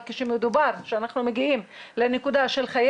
כשמדובר וכשאנחנו מגיעים לנקודה של חיי